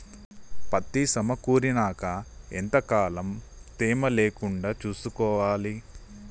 పత్తి సమకూరినాక ఎంత కాలం తేమ లేకుండా చూసుకోవాలి?